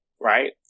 right